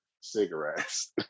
cigarettes